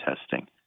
testing